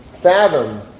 fathom